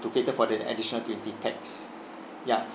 to cater for the additional twenty pax ya